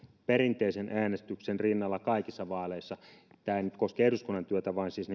perinteisen äänestyksen rinnalla kaikissa vaaleissa tämä ei nyt koske eduskunnan työtä vaan siis